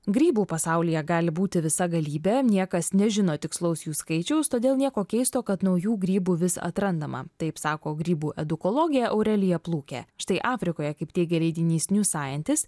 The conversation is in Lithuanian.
grybų pasaulyje gali būti visa galybė niekas nežino tikslaus jų skaičiaus todėl nieko keisto kad naujų grybų vis atrandama taip sako grybų edukologė aurelija plūkė štai afrikoje kaip teigia leidinys new scientist